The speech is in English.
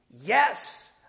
yes